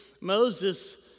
Moses